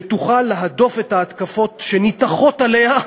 שתוכל להדוף את ההתקפות שניתכות עליה,